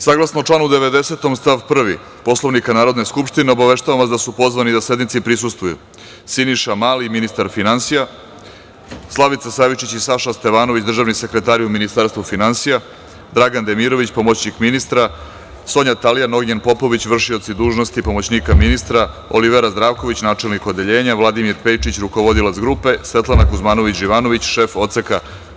Saglasno članu 90. stav 1. Poslovnika Narodne skupštine, obaveštavam vas da su pozvani da sednici prisustvuju: Siniša Mali, ministar finansija, Slavica Savičić i Saša Stevanović, državni sekretari u Ministarstvu finansija, Dragan Demirović, pomoćnik ministra, Sonja Talijan, Ognjen Popović, vršioci dužnosti pomoćnika ministra, Olivera Zdravković, načelnik Odeljenja, Vladimir Pejčić, rukovodila grupe, Svetlana Kuzmanović Živanović, šef odseka.